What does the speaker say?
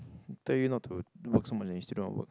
tell you not to work so much and you still don't want to work